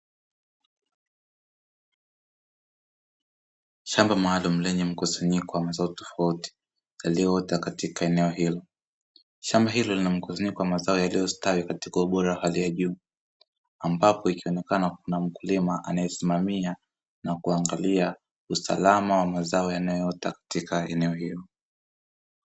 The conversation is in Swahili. Shamba maalum lenye mkusanyiko wa mazao tofauti yaliyoota katika eneo hilo. Shamba hilo lina mkusanyiko wa mazao yaliyostawi katika ubora wa hali ya juu. Ambapo ikionekana kuna mkulima anaesimamia na kuangalia usalama wa mazao yanayoota katika eneo hilo.